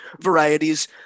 varieties